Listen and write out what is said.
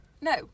No